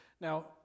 Now